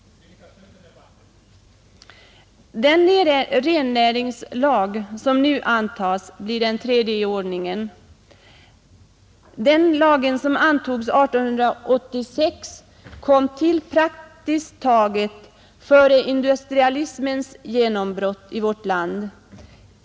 Den rennäringslag som nu antas blir den tredje i ordningen. Den lag som antogs år 1886 kom till före industrialismens genombrott i vårt land.